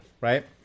right